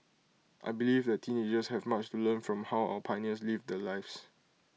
I believe that teenagers have much to learn from how our pioneers lived their lives